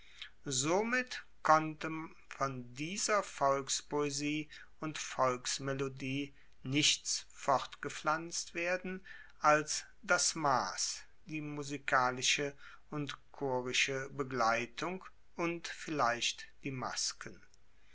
somit konnte von dieser volkspoesie und volksmelodie nichts fortgepflanzt werden als das mass die musikalische und chorische begleitung und vielleicht die masken